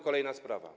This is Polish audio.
Kolejna sprawa.